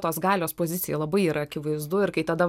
tos galios pozicija labai yra akivaizdu ir kai tada